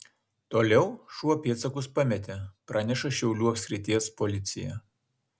toliau šuo pėdsakus pametė praneša šiaulių apskrities policija